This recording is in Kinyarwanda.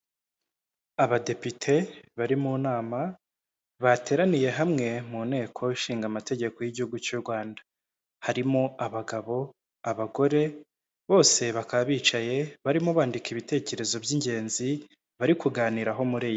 Abadepite bari mu nama bateraniye hamwe mu nteko ishinga amategeko y'igihugu cy'u Rwanda harimo abagabo abagore bose bakaba bicaye barimo bandika ibitekerezo by'ingenzi bari kuganiraho muri.